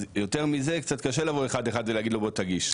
אז יותר מזה קצת קשה לבוא אחד אחד ולהגיד לו בוא תגיש.